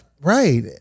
Right